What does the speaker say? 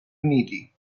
uniti